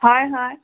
হয় হয়